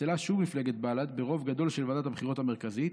נפסלה שוב מפלגת בל"ד ברוב גדול של ועדת הבחירות המרכזית,